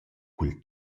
cul